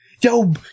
yo